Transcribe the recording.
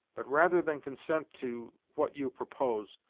but rather than consent to what you propose,